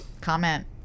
comment